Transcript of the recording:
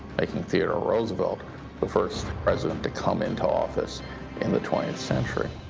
making theodore roosevelt the first president to come into office in the twentieth century.